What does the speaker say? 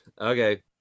okay